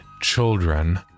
children